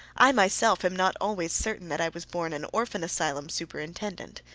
i myself am not always certain that i was born an orphan asylum superintendent.